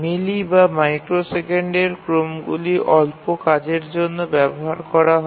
মিলি বা মাইক্রোসেকেন্ডের ক্রমগুলি অল্প কাজের জন্য ব্যবহার করা হয়